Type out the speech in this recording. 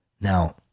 Now